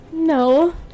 no